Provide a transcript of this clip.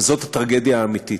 וזאת הטרגדיה האמיתית.